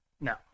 No